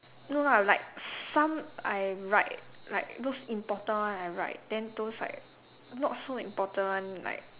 no lah like some I write like those important one I write then those like not so important one like